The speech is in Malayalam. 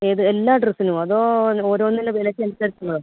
ഏത് എല്ലാ ഡ്രസ്സിനുമോ അതോ ഓരോന്നിന് വിലയ്ക്ക് അനുസരിച്ചുള്ളതൊ